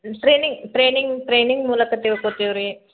training training training ಮೂಲಕ ತಿಳ್ಕೋತೇವೆ ರೀ